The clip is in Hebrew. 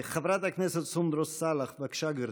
חברת הכנסת סונדוס סאלח, בבקשה, גברתי.